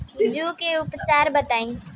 जूं के उपचार बताई?